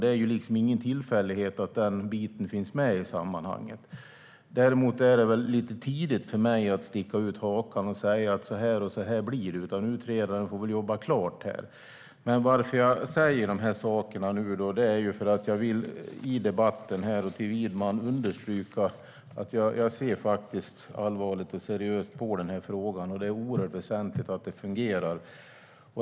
Det är ingen tillfällighet att den biten finns med i sammanhanget. Däremot är det väl lite tidigt för mig att sticka ut hakan och säga: Så här och så här blir det! Nej, utredaren får jobba klart. Jag säger de här sakerna nu i debatten med Widman för att jag vill understryka att jag ser allvarligt och seriöst på den här frågan. Det är oerhört väsentligt att detta fungerar.